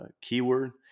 keyword